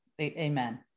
amen